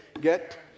get